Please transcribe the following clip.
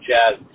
Jazz